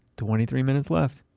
twenty three minutes left.